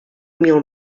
mil